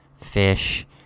fish